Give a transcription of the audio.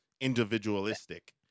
individualistic